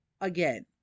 again